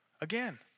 Again